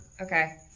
Okay